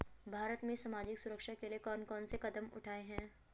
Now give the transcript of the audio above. भारत में सामाजिक सुरक्षा के लिए कौन कौन से कदम उठाये हैं?